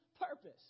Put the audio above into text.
purpose